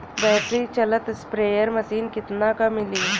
Battery चलत sprayer machine कितना क मिली?